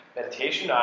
meditation